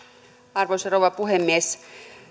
arvoisa rouva puhemies